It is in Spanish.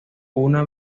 una